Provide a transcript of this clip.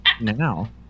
now